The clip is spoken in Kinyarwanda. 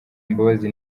mbabazi